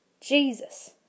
Jesus